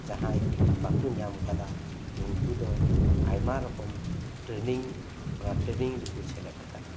ᱡᱟᱦᱟᱭ ᱵᱟᱠᱩ ᱧᱟᱢ ᱟᱠᱟᱫᱟ ᱩᱱᱠᱩ ᱫᱚ ᱟᱭᱢᱟ ᱨᱚᱠᱚ ᱴᱨᱮᱱᱤᱝ ᱚᱱᱟ ᱴᱨᱱᱤᱝ ᱨᱮᱠᱚ ᱥᱮᱞᱮᱫ ᱟᱠᱟᱱᱟ